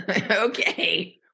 okay